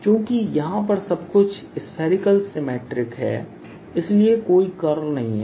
चूंकि यहां पर सब कुछ स्फेरिकल सिमिट्रिकहै इसलिए कोई कर्ल नहीं है